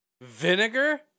Vinegar